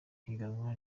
higanwa